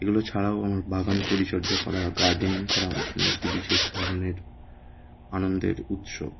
এগুলো ছাড়াও আমার বাগান পরিচর্যা করা গারডেনিং করা আমার জন্য একটি বিশেষ ধরনের আনন্দের উৎস